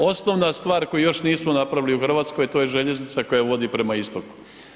Osnovna stvar koju još nismo napravili u Hrvatskoj to je željeznica koja vodi prema istoku.